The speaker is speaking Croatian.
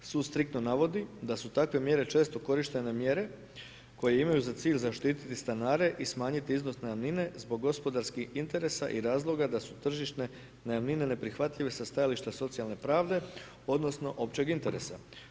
Sud striktno navodi, da su takve mjere često korištene mjere, koji imaju za cilj zaštiti stanare i smanjiti iznos najamnine, zbog gospodarskih interesa i razloga da su tržišne najamnine neprihvatljive sa stajališta socijalne pravde, odnosno, općeg interesa.